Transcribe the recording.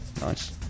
Nice